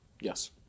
Yes